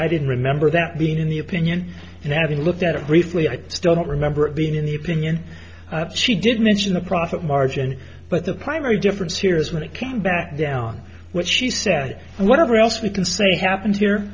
i didn't remember that being in the opinion and having looked at it briefly i still don't remember it being in the opinion she did mention a profit margin but the primary difference here is when it came back down what she said and whatever else we can say happened here